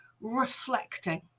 reflecting